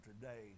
today